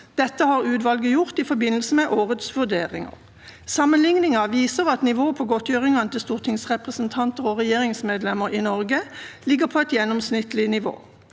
Dette har utvalget gjort i forbindelse med årets vurderinger. Sammenligningen viser at nivået på godtgjørelsen til stortingsrepresentanter og regjeringsmedlemmer i Norge ligger på et gjennomsnittlig nivå.